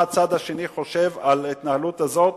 מה הצד השני חושב על ההתנהלות הזאת,